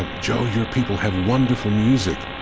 um joe, your people have wonderful music.